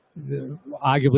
arguably